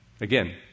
Again